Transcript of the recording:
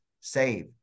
save